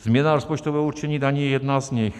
Změna rozpočtového určení daní je jedna z nich.